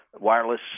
wireless